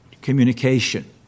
communication